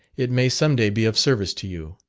it may some day be of service to you,